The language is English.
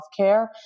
healthcare